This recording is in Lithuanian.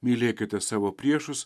mylėkite savo priešus